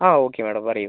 ആ okay madam പറയൂ